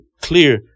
clear